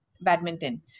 badminton